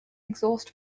exhaust